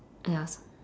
ya s~